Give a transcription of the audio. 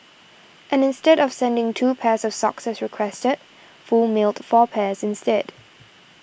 and instead of sending two pairs of socks as requested Foo mailed four pairs instead